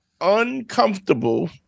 uncomfortable